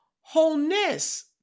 wholeness